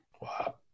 Wow